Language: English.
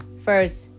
First